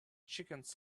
chickens